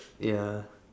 ya